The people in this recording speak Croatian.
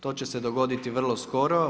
To će se dogoditi vrlo skoro.